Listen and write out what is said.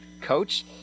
coach